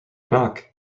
knock